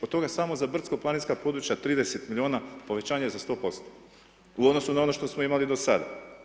Od toga samo za brdsko-planinska područja 30 milijuna povećanje za 100% u odnosu na ono što smo imali do sada.